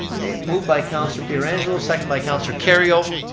okay, moved by councilor pietrangelo, seconded by councilor kerrio.